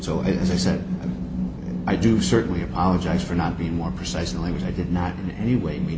so as i said i do certainly apologize for not being more precise than i was i did not in any way me